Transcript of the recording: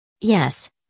Yes